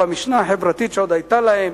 במשנה החברתית שעוד היתה להם,